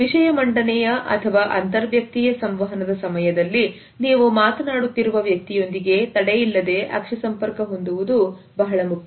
ವಿಷಯ ಮಂಡನೆ ಯ ಅಥವಾ ಅಂತರ್ ವ್ಯಕ್ತಿಯೇ ಸಂವಹನದ ಸಮಯದಲ್ಲಿ ನೀವು ಮಾತನಾಡುತ್ತಿರುವ ವ್ಯಕ್ತಿಯೊಂದಿಗೆ ತಡೆಯಿಲ್ಲದೆ ಅಕ್ಕಿ ಸಂಪರ್ಕ ಹೊಂದುವುದು ಬಹಳ ಮುಖ್ಯ